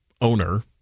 owner